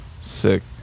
Sick